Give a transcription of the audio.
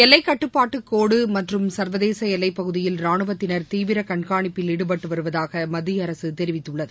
எல்லைக்கட்டுப்பாட்டுக்கோடு மற்றும் சர்வதேச எல்லைப்பகுதியில் ராணுவத்தினர் தீவிர கண்காணிப்பில் ஈடுபட்டு வருவதாக மத்திய அரசு தெரிவித்துள்ளது